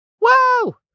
Whoa